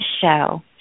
show